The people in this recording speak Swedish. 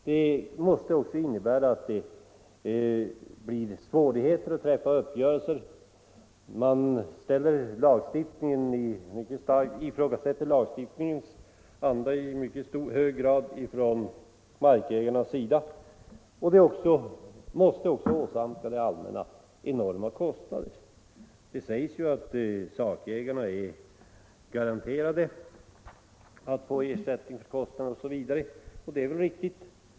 Det måste också bli svårigheter att träffa uppgörelser. Markägarna ifrågasätter starkt lagstiftningens anda, och förfarandet måste också åsamka det allmänna enorma kostnader. Det sägs ju att sakägarna är garanterade att få ersättning för kostnader osv. och det är kanske riktigt.